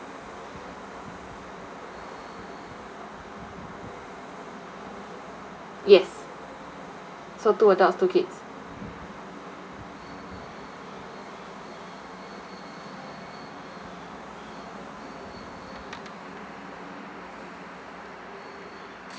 yes so two adults two kids